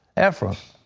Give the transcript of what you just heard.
efrem